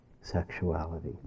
sexuality